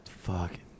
Fuck